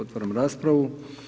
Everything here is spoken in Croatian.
Otvaram raspravu.